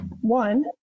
One